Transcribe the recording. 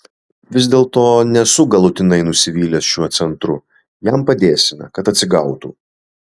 vis dėlto nesu galutinai nusivylęs šiuo centru jam padėsime kad atsigautų